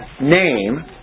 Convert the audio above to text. name